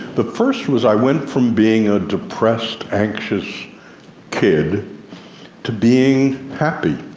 the first was i went from being a depressed, anxious kid to being happy